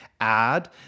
add